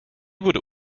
budu